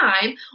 time